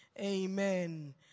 Amen